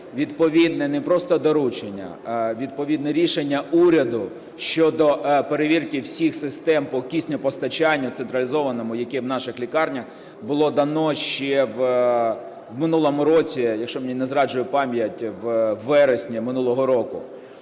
відповідне не просто доручення, а відповідне рішення уряду щодо перевірки всіх систем по киснепостачанню централізованому, яке в наших лікарнях, було дано ще в минулому році, якщо мені не зраджує пам'ять, у вересні минулого року.